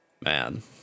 man